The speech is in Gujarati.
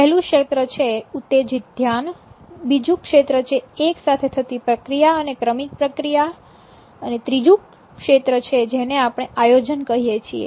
પહેલુ ક્ષેત્ર છે ઉત્તેજીત ધ્યાન બીજું ક્ષેત્ર છે એક સાથે થતી પ્રક્રિયા અને ક્રમિક પ્રક્રિયા ત્રીજુ ક્ષેત્ર છે જેને આપણે આયોજન કહીએ છીએ